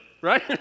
right